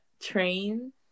train